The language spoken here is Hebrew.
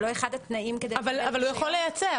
אבל הוא יכול לייצא.